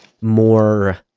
more